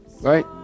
Right